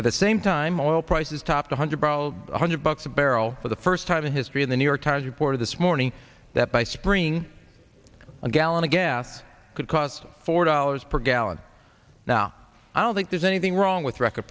at the same time oil prices topped one hundred bro one hundred bucks a barrel for the first time in history in the new york times reported this morning that by spring a gallon of gas could cost four dollars per gallon now i don't think there's anything wrong with record